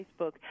facebook